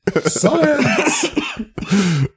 Science